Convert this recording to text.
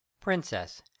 Princess